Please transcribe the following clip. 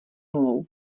nulou